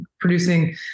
producing